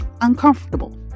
uncomfortable